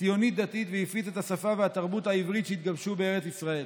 ציונית-דתית והפיץ את השפה והתרבות העברית שהתגבשו בארץ ישראל.